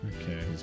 Okay